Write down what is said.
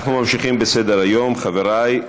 אנחנו ממשיכים בסדר-היום, חבריי.